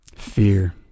fear